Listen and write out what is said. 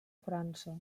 frança